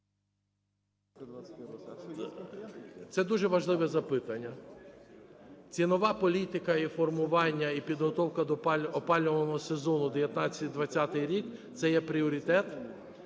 Це дуже важливе запитання. Цінова політика і формування, і підготовка до опалювального сезону 19-й і 20-й рік – це є пріоритет.